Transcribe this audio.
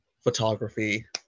photography